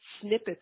snippets